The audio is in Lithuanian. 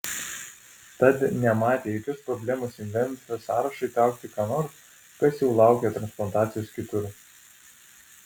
tad nematė jokios problemos į memfio sąrašą įtraukti ką nors kas jau laukė transplantacijos kitur